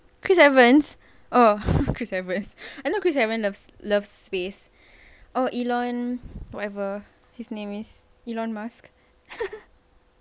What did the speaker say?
chris evans oh chris evans I thought cause love love space or elon whatever his name is elon musk